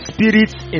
Spirit's